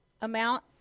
amount